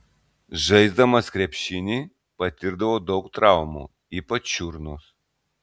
žaisdamas krepšinį patirdavau daug traumų ypač čiurnos